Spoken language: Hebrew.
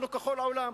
אנחנו ככל העולם.